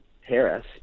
Harris